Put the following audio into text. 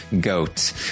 Goat